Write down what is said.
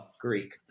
Greek